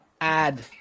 add